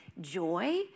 joy